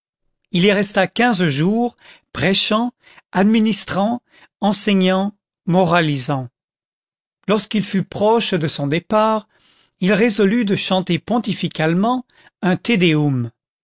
il y resta quinze jours prêchant administrant enseignant moralisant lorsqu'il fut proche de son départ il résolut de chanter pontificalement un te